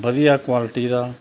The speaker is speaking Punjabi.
ਵਧੀਆ ਕੁਆਲਟੀ ਦਾ